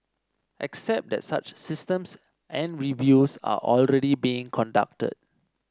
except that such systems and reviews are already being conducted